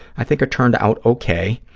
i think i turned out okay,